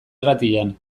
irratian